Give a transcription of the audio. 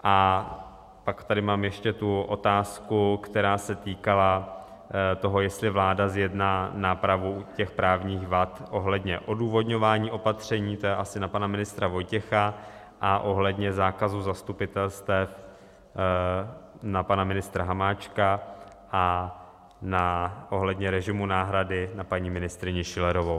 A pak tady mám ještě tu otázku, která se týkala toho, jestli vláda zjedná nápravu u těch právních vad ohledně odůvodňování opatření, to je asi na pana ministra Vojtěcha, a ohledně zákazu zastupitelstev na pana ministra Hamáčka a ohledně režimu náhrady na paní ministryni Schillerovou.